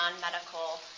non-medical